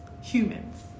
humans